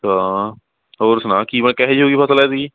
ਹਾਂ ਹੋਰ ਸੁਣਾ ਕਿਵੇਂ ਕਿਹੋ ਜਿਹੀ ਹੋਈ ਫਸਲ ਐਤਕੀ